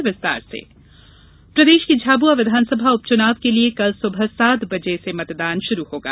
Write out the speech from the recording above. विधानसभा चुनाव प्रदेश की झाबुआ विधानसभा उपचुनाव के लिए कल सुबह सात बजे से मतदान शुरू होगा